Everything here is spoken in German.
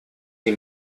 die